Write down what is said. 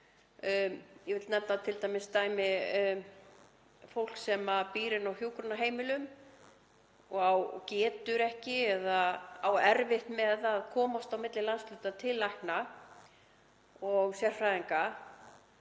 Ég vil t.d. nefna dæmi um fólk sem býr inni á hjúkrunarheimilum og getur ekki eða á erfitt með að komast á milli landshluta til lækna og sérfræðinga.